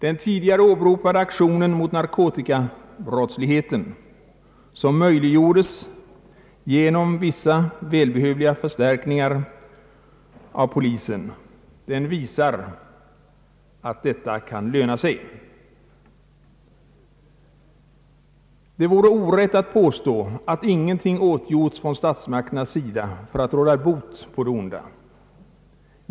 Den tidigare åberopade aktionen mot narkotikabrottsligheten, vilken aktion möjliggjordes genom vissa välbehövliga förstärkningar av polisen, visar att det kan löna sig. Det vore orätt att påstå att statsmakterna inte har gjort någonting för att råda bot på det onda.